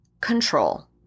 control